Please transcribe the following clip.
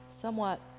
somewhat